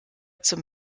zum